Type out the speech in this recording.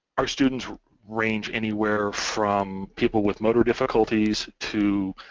our students range anywhere from people with motor difficulties to